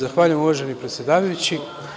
Zahvaljujem, uvaženi predsedavajući.